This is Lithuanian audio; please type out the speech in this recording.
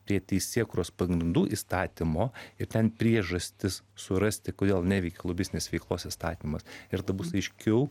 prie teisėkūros pagrindų įstatymo ir ten priežastis surasti kodėl neveikia lobistinės veiklos įstatymas ir tada bus aiškiau